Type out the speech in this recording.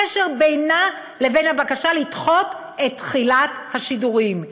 מה הקשר בינה לבין הבקשה לדחות את תחילת השידורים?